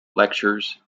lectures